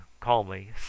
calmly